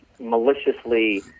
maliciously